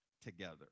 together